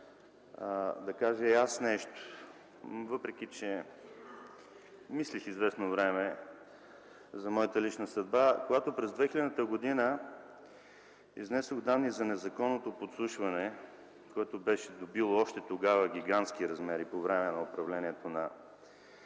да кажа и аз нещо, въпреки че мислих известно време за моята лична съдба. През 2000-та година изнесох данни за незаконното подслушване, което още тогава беше добило гигантски размери – по време на управлението на